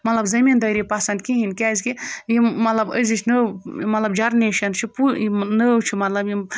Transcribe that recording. مطلب زٔمیٖندٲری پَسنٛد کِہیٖنۍ کیٛازِکہِ یِم مطلب أزِچ نٔو مطلب جَرنیشَن چھِ پُ یِم نٔو چھِ مطلب یِم